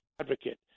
advocate